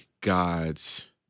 God's